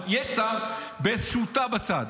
זאת אומרת,